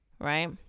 right